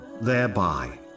thereby